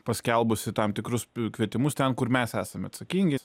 paskelbusi tam tikrus kvietimus ten kur mes esame atsakingi